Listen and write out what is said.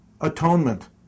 atonement